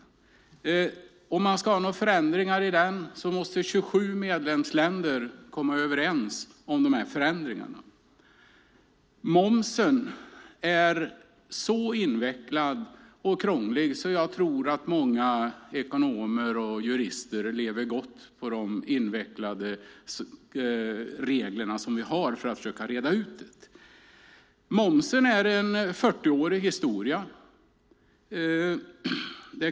Ska det bli några förändringar måste 27 medlemsländer komma överens. Momsen är så krånglig att många ekonomer och jurister lever gott på att försöka reda ut de invecklade reglerna. Momsen har en 40-årig historia.